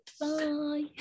Bye